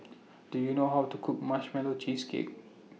Do YOU know How to Cook Marshmallow Cheesecake